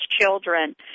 children